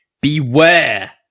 Beware